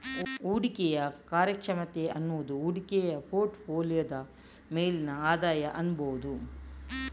ಹೂಡಿಕೆಯ ಕಾರ್ಯಕ್ಷಮತೆ ಅನ್ನುದು ಹೂಡಿಕೆ ಪೋರ್ಟ್ ಫೋಲಿಯೋದ ಮೇಲಿನ ಆದಾಯ ಅನ್ಬಹುದು